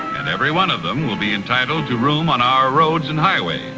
and every one of them will be entitled to room on our roads and highways.